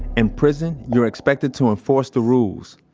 in prison, you're expected to enforce the rules.